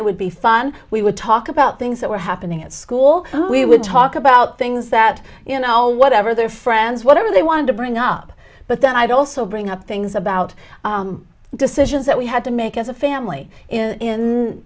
it would be fun we would talk about things that were happening at school we would talk about things that you know whatever their friends whatever they wanted to bring up but then i'd also bring up things about decisions that we had to make as a family in